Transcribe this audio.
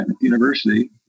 University